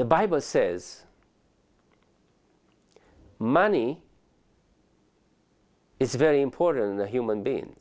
the bible says money is very important to human being